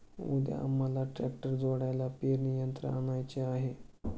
उद्या आम्हाला ट्रॅक्टरला जोडायला पेरणी यंत्र आणायचे आहे